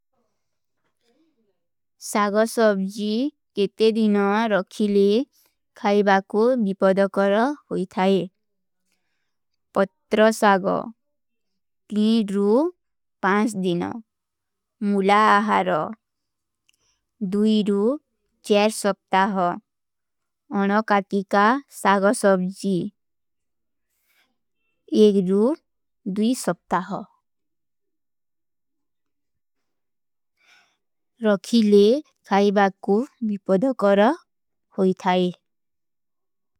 ସାଗଃ ସବଜୀ କେତେ ଦିନା ରଖୀ ଲେ ଖାଈବା କୋ ମିପଦଖର ହୋଈ ଥାଈ। ପତ୍ର ସାଗଃ କ୍ଲୀ ଦୂ ପାଂଚ ଦିନା ମୁଲା ଆହାରଃ ଦୂଈ ଦୂ ଚେର ସବତା ହୂଁ। ଅନକାତିକା ସାଗଃ ସବଜୀ ଏକ ଦୂ ଦୂ ସବତା ହୂଁ। ରଖୀ ଲେ ଖାଈବା କୋ ମିପଦଖର ହୋଈ ଥାଈ।